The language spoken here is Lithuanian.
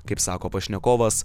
kaip sako pašnekovas